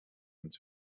into